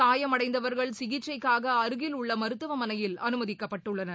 காயமடைந்தவர்கள் சிகிச்சைக்காக அருகில் உள்ள மருத்துவமனையில் அமைதிக்கப்பட்டுள்ளனர்